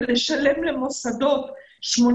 ולשלם למוסדות 18,